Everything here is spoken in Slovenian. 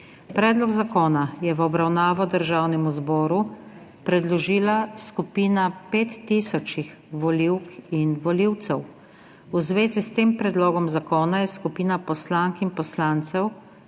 Predlog zakona je v obravnavo Državnemu zboru predložila skupina pet tisoč volivk in volivcev. V zvezi s tem predlogom zakona je skupina poslank in poslancev